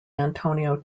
antonio